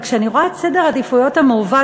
כשאני רואה את סדר העדיפויות המעוות,